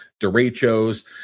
derechos